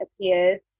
appears